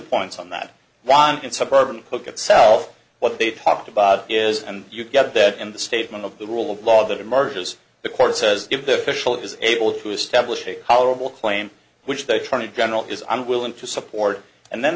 points on that one in suburban cook itself what they talked about is and you get that in the statement of the rule of law that emerges the court says if the fischel is able to establish a tolerable claim which they turn in general is unwilling to support and then